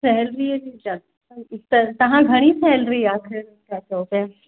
सैलरीअ जी त तव्हां घणी सैलरी आहे आख़िर तव्हां चयो पिया